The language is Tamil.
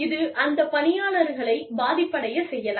இது அந்த பணியாளர்களைப் பாதிப்படையச் செய்யலாம்